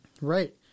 Right